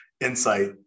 insight